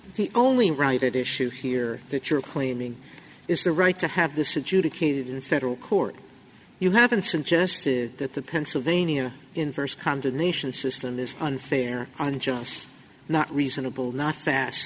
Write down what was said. the only related issue here that you're claiming is the right to have this adjudicated in federal court you haven't suggested that the pennsylvania inverse condemnation system is unfair unjust not reasonable not fast